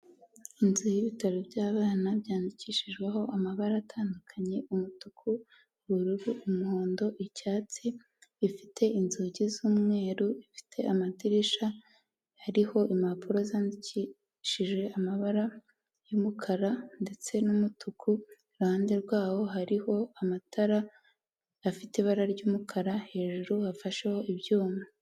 Inzu y'ibitaro by'abana, byandikishijweho amabara atandukanye, umutuku, ubururu, umuhondo, icyatsi, ifite inzugi z'umweru, ifite amadirisha ariho impapuro zandikishije amabara y'umukara ndetse n'umutuku, iruhande rwaho hariho amatara afite ibara ry'umukara, hejuru hafasheho ibyuma.